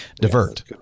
divert